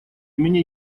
имени